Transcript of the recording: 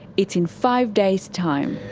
it's in five days' time.